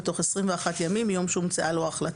בתוך 21 ימים מיום שהומצאה לו ההחלטה.